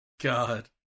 God